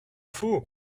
fou